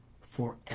forever